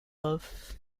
love